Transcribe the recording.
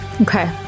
Okay